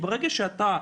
ברגע שאתה,